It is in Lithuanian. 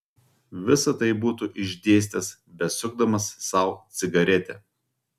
visa tai būtų išdėstęs besukdamas sau cigaretę